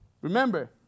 remember